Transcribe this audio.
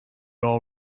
all